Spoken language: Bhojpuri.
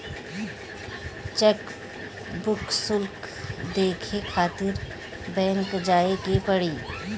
चेकबुक शुल्क देखे खातिर बैंक जाए के पड़ी